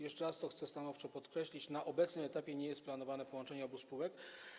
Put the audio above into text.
Jeszcze raz to chcę stanowczo podkreślić: na obecnym etapie nie jest planowane połączenie obu spółek.